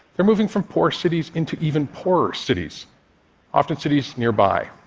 they're moving from poor cities into even poorer cities often, cities nearby.